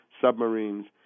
submarines